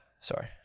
sorry